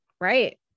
right